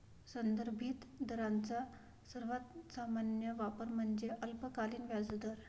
संदर्भित दरांचा सर्वात सामान्य वापर म्हणजे अल्पकालीन व्याजदर